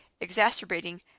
exacerbating